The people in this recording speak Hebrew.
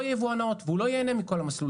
לא אמרתי איזה משרד לא רלוונטי כמו משרד